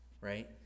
right